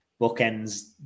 bookends